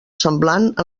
semblant